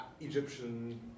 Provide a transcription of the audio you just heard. Egyptian